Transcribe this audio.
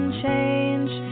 change